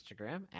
Instagram